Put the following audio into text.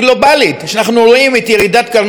ואנחנו רואים את ירידת קרנה של הדמוקרטיה